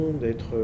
d'être